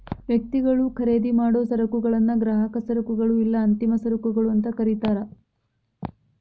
ವ್ಯಕ್ತಿಗಳು ಖರೇದಿಮಾಡೊ ಸರಕುಗಳನ್ನ ಗ್ರಾಹಕ ಸರಕುಗಳು ಇಲ್ಲಾ ಅಂತಿಮ ಸರಕುಗಳು ಅಂತ ಕರಿತಾರ